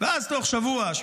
ואז תוך שבוע-שבועיים,